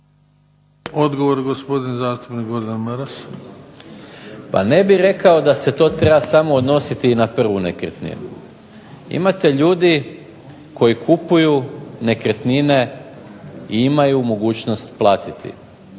Odgovor gospodin zastupnik Gordan Maras. **Maras, Gordan (SDP)** Pa ne bih rekao da se to treba samo odnositi na prvu nekretninu. Imate ljudi koji kupuju nekretnine i imaju mogućnost platiti